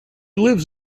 lives